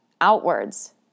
outwards